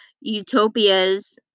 utopias